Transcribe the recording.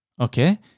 okay